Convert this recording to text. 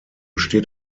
steht